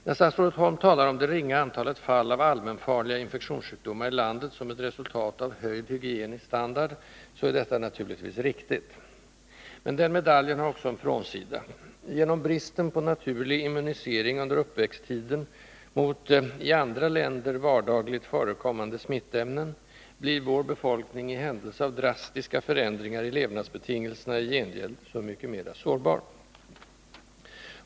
När statsrådet Holm talar om det ringa antalet fall av allmänfarliga infektionssjukdomar i landet som ett resultat av höjd hygienisk standard, så är detta naturligtvis riktigt. Men den medaljen har också en frånsida: genom bristen på naturlig immunisering under uppväxttiden mot i andra länder vardagligt förekommande smittämnen blir vår befolkning i händelse av drastiska förändringar i levnadsbetingelserna i gengäld så mycket mera sårbar.